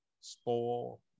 spoil